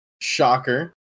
Shocker